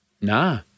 Nah